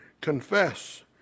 Confess